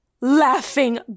laughing